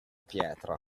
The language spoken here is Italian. pietra